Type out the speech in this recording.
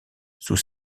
sous